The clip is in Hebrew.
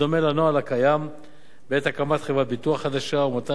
בדומה לנוהל הקיים בעת הקמת חברת ביטוח חדשה ומתן